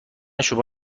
شما